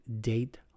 date